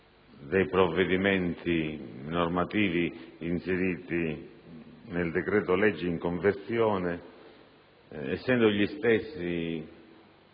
dei provvedimenti normativi inseriti nel decreto-legge in conversione essendo gli stessi